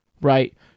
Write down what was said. Right